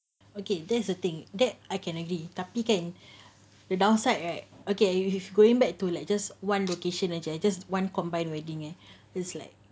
okay that's the thing that I can already tapi kan the downside right okay with going back to like just one location or just one combined wedding eh is like